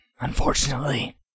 unfortunately